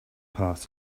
past